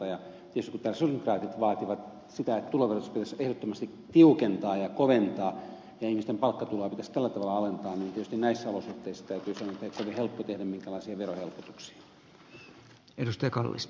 tietysti kun täällä sosialidemokraatit vaativat sitä että tuloverotusta pitäisi ehdottomasti tiukentaa ja koventaa ja ihmisten palkkatuloa pitäisi tällä tavalla alentaa niin tietysti näissä olosuhteissa täytyy sanoa ettei ole kovin helppo tehdä minkäänlaisia verohelpotuksia